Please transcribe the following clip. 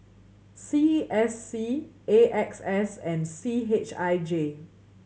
C S C A X S and C H I J